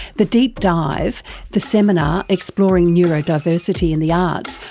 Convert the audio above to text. the deep dive, the seminar exploring neurodiversity and the arts,